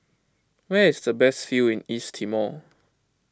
where is the best view in East Timor